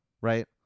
Right